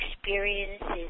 experiences